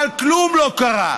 אבל כלום לא קרה.